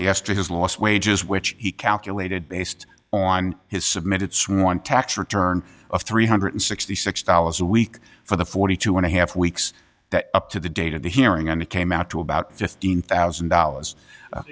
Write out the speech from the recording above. then esther has lost wages which he calculated based on his submitted sworn tax return of three hundred sixty six dollars a week for the forty two and a half weeks that up to the date of the hearing and it came out to about fifteen thousand dollars i